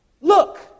Look